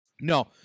No